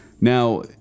Now